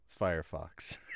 Firefox